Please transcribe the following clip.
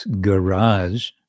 garage